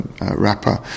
rapper